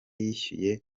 yishyuye